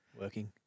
working